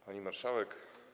Pani Marszałek!